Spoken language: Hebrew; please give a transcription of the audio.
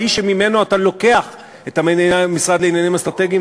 האיש שממנו אתה לוקח את המשרד לעניינים אסטרטגיים,